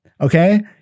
Okay